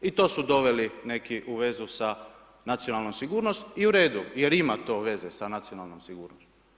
I to su doveli neki u vezu sa nacionalnom sigurnosti, i u redu jer ima to veze sa nacionalnom sigurnošću.